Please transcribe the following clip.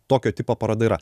tokio tipo paroda yra